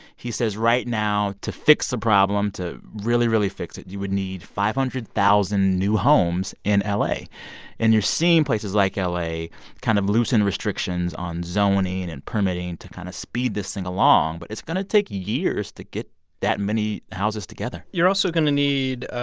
he says right now to fix the problem to really, really fix it, you would need five hundred thousand new homes in la. and you're seeing places like la kind of loosen restrictions on zoning and permitting to kind of speed this thing along. but it's going to take years to get that many houses together you're also going to need, ah